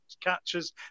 catches